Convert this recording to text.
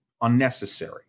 unnecessary